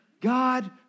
God